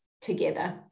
together